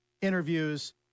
interviews